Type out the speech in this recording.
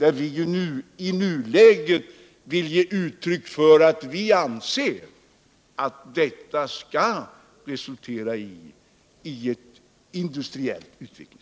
Vi vill i nuläget ge uttryck för att vi anser att projektet skall bedrivas med anknytning till industriell produktion.